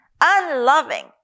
Unloving